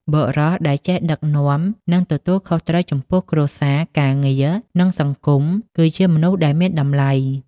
បុរសដែលចេះដឹកនាំ និងទទួលខុសត្រូវចំពោះគ្រួសារ ការងារ និងសង្គម គឺជាមនុស្សដែលមានតម្លៃ។